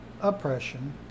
oppression